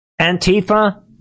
Antifa